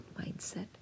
mindset